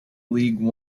league